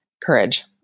courage